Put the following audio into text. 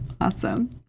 Awesome